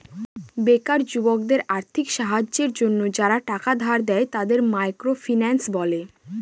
বেকার যুবকদের আর্থিক সাহায্যের জন্য যারা টাকা ধার দেয়, তাদের মাইক্রো ফিন্যান্স বলে